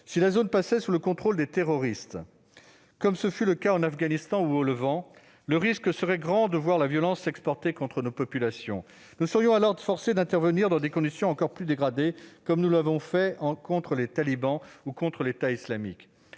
Si la zone passait sous le contrôle des terroristes, comme ce fut le cas en Afghanistan ou au Levant, le risque serait grand de voir la violence s'exporter contre nos populations. Nous serions alors forcés d'intervenir dans des conditions encore plus dégradées, comme nous l'avons fait contre les talibans ou contre l'État islamique.